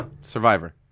Survivor